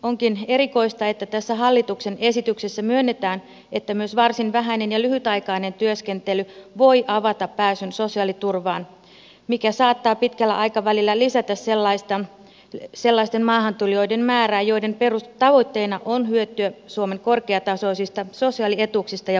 onkin erikoista että tässä hallituksen esityksessä myönnetään että myös varsin vähäinen ja lyhytaikainen työskentely voi avata pääsyn sosiaaliturvaan mikä saattaa pitkällä aikavälillä lisätä sellaisten maahantulijoiden määrää joiden tavoitteena on hyötyä suomen korkeatasoisista sosiaalietuuksista ja palveluista